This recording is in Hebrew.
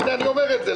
הנה אני אומר את זה,